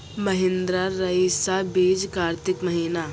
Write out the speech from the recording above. महिंद्रा रईसा बीज कार्तिक महीना?